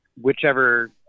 whichever